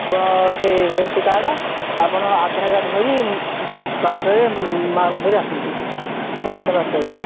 ଆପଣ ସେ health card ଆପଣ ଆଧାର କାର୍ଡ଼ ଧରି ବାରଟାରେ ମାଆଙ୍କୁ ଧରି ଆସନ୍ତୁ ସାଢ଼େ ବାରଟାରେ